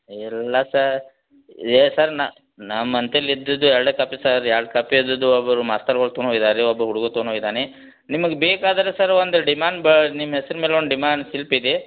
ಇಲ್ಲ ಸರ್ ಏಯ್ ಸರ್ ನ ನಮ್ಮಂತೆಲ್ ಇದ್ದಿದ್ದು ಎರಡೇ ಕಾಪಿ ಸರ್ ಎರಡು ಕಾಪಿ ಇದ್ದಿದ್ದು ಒಬ್ಬರು ಮಾಸ್ತರ್ಗಳು ತೊಗೊಂಡೋಗಿದ್ದಾರೆ ರೀ ಒಬ್ಬ ಹುಡ್ಗ ತೊಗೊಂಡೋಗಿದ್ದಾನೆ ನಿಮಗೆ ಬೇಕಾದರೆ ಸರ್ ಒಂದು ಡಿಮಾನ್ ಬ ನಿಮ್ಮ ಹೆಸ್ರು ಮೇಲೆ ಒಂದು ಡಿಮಾನ್ ಸಿಲ್ಪ್ ಇದೆ